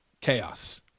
chaos